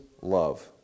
love